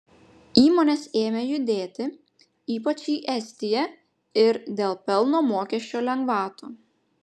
įmonės ėmė judėti ypač į estiją ir dėl pelno mokesčio lengvatų